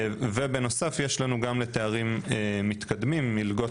ובנוסף יש לנו גם לתארים מתקדמים מלגות